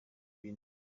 bindi